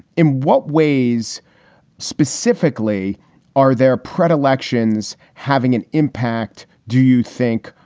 in what ways specifically are their predilections having an impact, do you think,